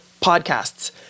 podcasts